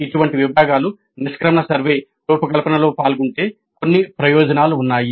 ఇటువంటి విభాగాలు నిష్క్రమణ సర్వే రూపకల్పనలో పాల్గొంటే కొన్ని ప్రయోజనాలు ఉన్నాయి